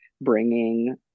bringing